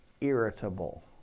irritable